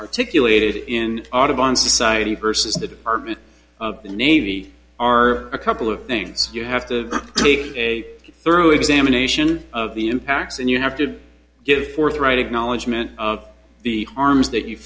articulated in audubon society versus the department of the navy are a couple of things you have to take a thorough examination of the impacts and you have to give forthright acknowledgment of the harms that you